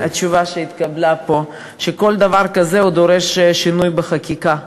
התשובה שהתקבלה פה שכל דבר כזה דורש שינוי בחקיקה,